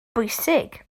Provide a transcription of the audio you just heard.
bwysig